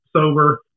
sober